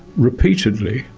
repeatedly,